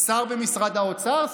שר במשרד האוצר,